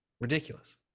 ridiculous